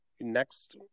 next